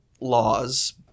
laws